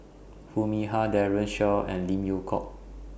Foo Mee Har Daren Shiau and Lim Yew Hock